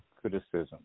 criticism